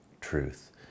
truth